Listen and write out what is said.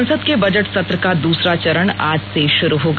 संसद के बजट सत्र का दूसरा चरण आज से शुरू होगा